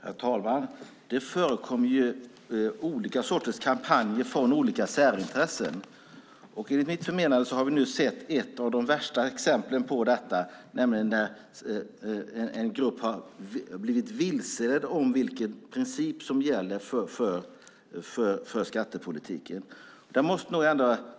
Herr talman! Det förekommer olika kampanjer för olika särintressen. Enligt mitt förmenande har vi nu sett ett av de värsta exemplen på detta, nämligen en grupp som har blivit vilseledd om vilken princip som gäller för skattepolitiken.